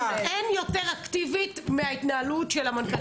אין יותר אקטיבית מן ההתנהלות של המנכ"לית.